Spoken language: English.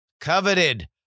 coveted